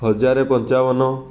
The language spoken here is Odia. ହଜାର ପଞ୍ଚାବନ